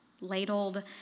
ladled